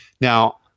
Now